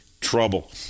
trouble